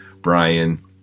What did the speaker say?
Brian